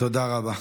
תודה רבה.